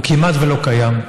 הוא כמעט ולא קיים.